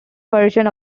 version